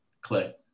click